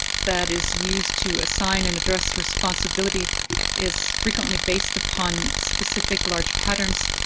that is used to assign and address responsibility is frequently based upon specific large patterns.